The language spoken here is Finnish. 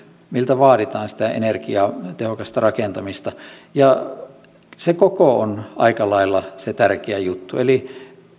miltä rakennuksilta vaaditaan sitä energiatehokasta rakentamista ja se koko on aika lailla se tärkeä juttu eli